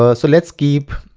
ah so let's keep,